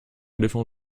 éléphant